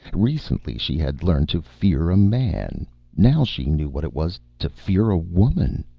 recently she had learned to fear a man now she knew what it was to fear a woman.